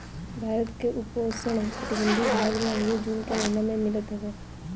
भारत के उपोष्णकटिबंधीय भाग में अंगूर जून के महिना में मिलत हवे